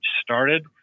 started